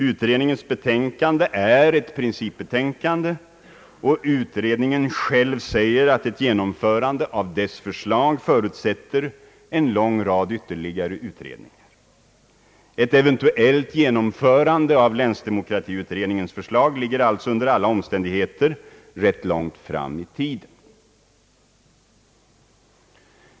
Utredningens betänkande är ett principbetänkande, och utredningen själv säger att ett genomförande av dess förslag förutsätter en lång rad ytterligare utredningar. Ett eventuellt genomförande av länsdemokratiutredningens förslag ligger alltså under alla omständigheter rätt långt fram i tiden.